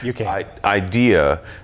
idea